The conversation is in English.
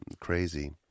crazy